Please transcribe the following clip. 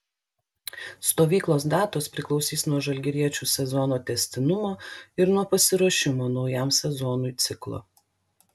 stovyklos datos priklausys nuo žalgiriečių sezono tęstinumo ir nuo pasiruošimo naujam sezonui ciklo